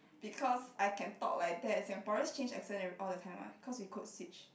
because I can talk like that singaporeans change accents eve~ all the time what because we code switch